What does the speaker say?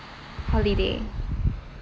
holiday